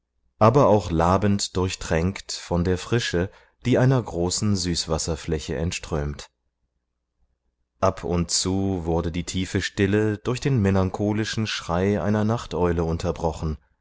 aber auch labend durchtränkt von der frische die einer großen süßwasserfläche entströmt ab und zu wurde die tiefe stille durch den melancholischen schrei einer nachteule unterbrochen